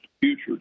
future